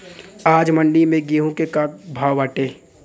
आज मंडी में गेहूँ के का भाव बाटे?